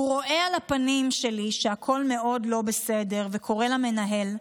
הוא רואה על הפנים שלי שהכול מאוד לא בסדר וקורא למנהל.